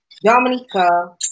dominica